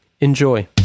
enjoy